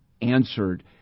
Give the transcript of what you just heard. answered